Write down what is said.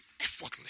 effortless